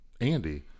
Andy